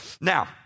Now